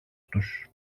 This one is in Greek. τους